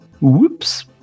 Whoops